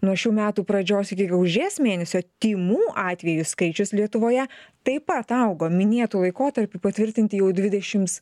nuo šių metų pradžios iki gegužės mėnesio tymų atvejų skaičius lietuvoje taip pat augo minėtu laikotarpiu patvirtinti jau didešimts